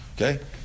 okay